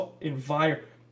environment